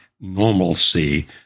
normalcy